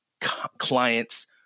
clients